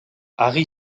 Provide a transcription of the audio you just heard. hari